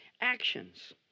actions